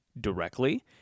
directly